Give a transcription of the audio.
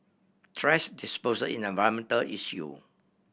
thrash disposal in an environmental issue